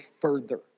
further